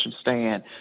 stand